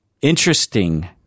interesting